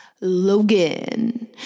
Logan